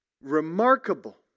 Remarkable